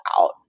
out